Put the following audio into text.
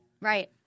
Right